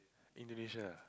Indonesia